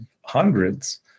hundreds